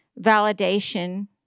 validation